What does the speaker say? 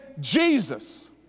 Jesus